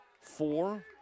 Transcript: four